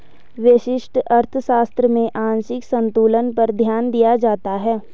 व्यष्टि अर्थशास्त्र में आंशिक संतुलन पर ध्यान दिया जाता है